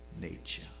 nature